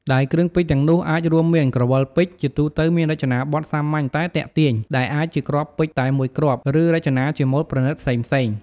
ដែលគ្រឿងពេជ្រទាំងនោះអាចរួមមាន ក្រវិលពេជ្រ ជាទូទៅមានរចនាបថសាមញ្ញតែទាក់ទាញ ដែលអាចជាគ្រាប់ពេជ្រតែមួយគ្រាប់ ឬរចនាជាម៉ូដប្រណីតផ្សេងៗ។